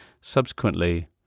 subsequently